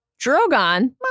Drogon